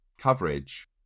coverage